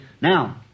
Now